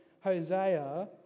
Hosea